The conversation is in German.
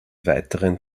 weiteren